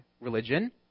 religion